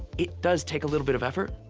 it does take a little bit of effort,